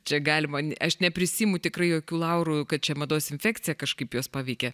čia galima aš neprisiimu tikrai jokių laurų kad čia mados infekcija kažkaip juos paveikė